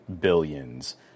billions